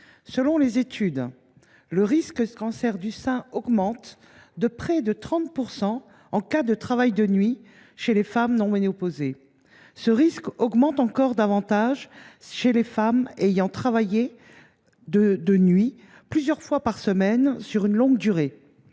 Selon les études, le risque de cancer du sein augmente de près de 30 % en cas de travail de nuit chez les femmes non ménopausées. Ce risque augmente encore davantage chez les femmes ayant travaillé de nuit plusieurs fois par semaine sur une longue durée.